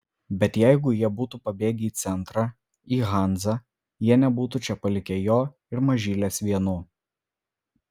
bet jeigu jie būtų pabėgę į centrą į hanzą jie nebūtų čia palikę jo ir mažylės vienų